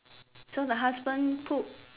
so the husband put